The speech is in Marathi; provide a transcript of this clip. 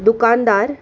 दुकानदार